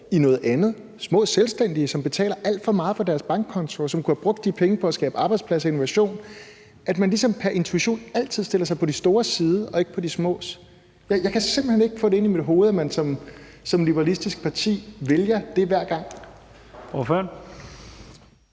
i noget andet – det er små selvstændige, som betaler alt for meget for deres bankkonto, og som kunne have brugt de penge på at skabe arbejdspladser og innovation – ikke bliver det, og at man ligesom pr. intuition altid stiller sig på de store side og ikke på de smås. Jeg kan simpelt hen ikke få ind i mit hoved, at man som liberalistisk parti vælger det hver gang. Kl.